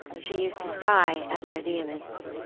she used to sigh at my vehemence,